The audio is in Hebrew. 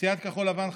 סיעת כחול לבן,